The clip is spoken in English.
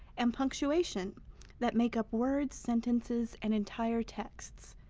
and punctuation that make up words, sentences, and entire texts.